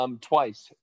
twice